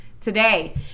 today